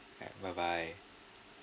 okay bye bye